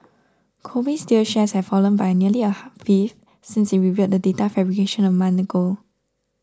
Kobe Steel's shares have fallen by nearly a fifth since it revealed the data fabrication a month ago